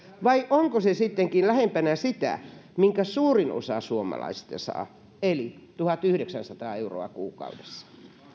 vai onko se sittenkin lähempänä sitä minkä suurin osa suomalaisista saa eli tuhatyhdeksänsataa euroa kuukaudessa